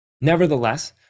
Nevertheless